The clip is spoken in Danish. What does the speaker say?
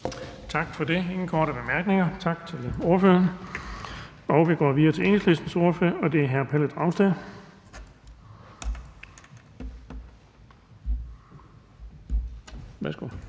Der er ingen korte bemærkninger. Tak til ordføreren. Vi går videre til Enhedslistens ordfører, og det er hr. Pelle Dragsted. Værsgo.